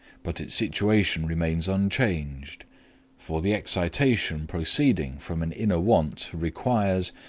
but its situation remains unchanged for the excitation proceeding from an inner want requires,